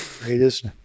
greatest